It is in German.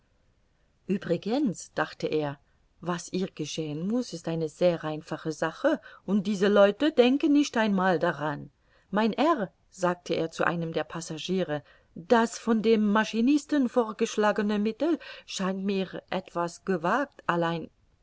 uebrigens dachte er was hier geschehen muß ist eine sehr einfache sache und diese leute denken nicht einmal daran mein herr sagte er zu einem der passagiere das von dem maschinisten vorgeschlagene mittel scheint mir etwas gewagt allein